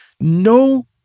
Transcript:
No